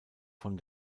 von